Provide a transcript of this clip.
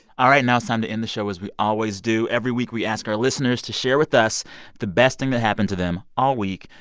all right. now it's time um to end the show as we always do. every week, we ask our listeners to share with us the best thing that happened to them all week.